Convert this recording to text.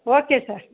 okay sir